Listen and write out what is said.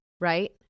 Right